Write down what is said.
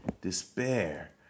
despair